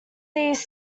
these